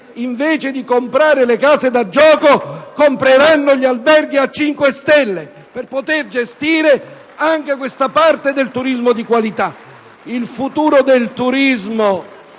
invece di comprare le case da gioco compreranno gli alberghi a cinque stelle per poter gestire anche questa parte del turismo di qualità. *(Applausi dai Gruppi